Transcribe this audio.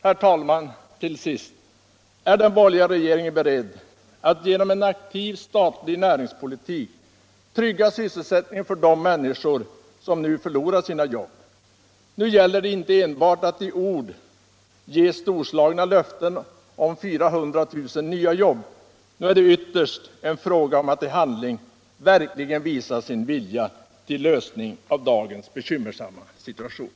Herr talman, till sist' Är den borgerliga regeringen beredd att genom en aktiv statlig näringspolitik trygga sysselsättningen för de människor som nu förlorar sina jobb? Nu gäller det inte enbart att i ord ge storslagna löften om 400 000 nya jobb. Nu är det ytterst en fråga om att i handling verkligen visa sin vilja till lösning av dagens bekymmersamma situation.